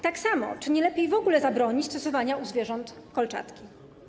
Tak samo czy nie lepiej w ogóle zabronić stosowania u zwierząt kolczatki?